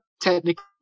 technically